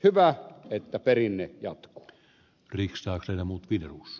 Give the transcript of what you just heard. hyvä että perinne jatkuu